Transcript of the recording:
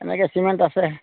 এনেকৈ চিমেণ্ট আছে